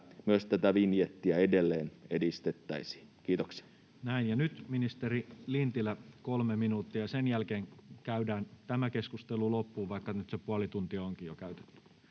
muiksi laeiksi Time: 18:04 Content: Näin. — Ja nyt ministeri Lintilä, 3 minuuttia. Ja sen jälkeen käydään tämä keskustelu loppuun, vaikka nyt se puoli tuntia onkin jo käytetty.